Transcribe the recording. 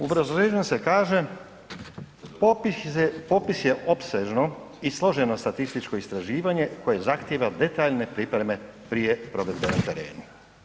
U obrazloženju se kaže popis je opsežno i složeno statističko istraživanje koje zahtijeva detaljne pripreme prije provedbe na terenu.